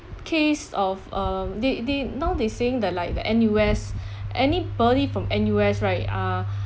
case of um they they now they're saying that like the N_U_S any body from N_U_S right are